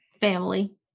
family